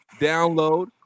download